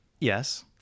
Yes